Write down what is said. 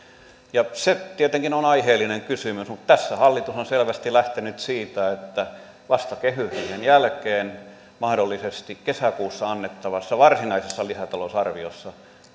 se tietenkin on aiheellinen kysymys mutta tässä hallitus on selvästi lähtenyt siitä että vasta kehysriihen jälkeen mahdollisesti kesäkuussa annettavassa varsinaisessa lisätalousarviossa